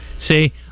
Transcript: See